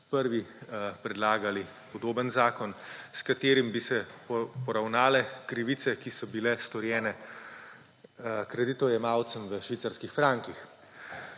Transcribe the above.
prvi predlagali podoben zakon, s katerim bi se poravnale krivice, ki so bile storjene kreditojemalcem v švicarskih frankih.